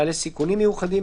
מעלה סיכונים מיוחדים,